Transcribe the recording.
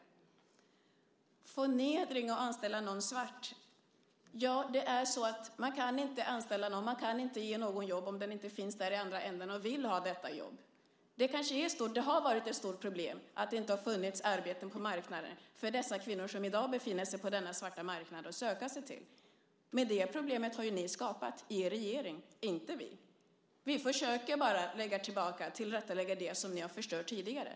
Är det en förnedring att anställa någon svart? Man kan inte anställa någon eller ge någon jobb om det inte finns någon i andra ändan som vill ha detta jobb. Att det inte har funnits arbeten på marknaden att söka sig till för de kvinnor som i dag befinner sig på den svarta marknaden har kanske varit ett stort problem. Men det problemet har ju den förra regeringen skapat, inte vi. Vi försöker bara tillrättalägga det som ni har förstört tidigare.